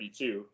32